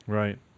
right